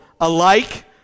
alike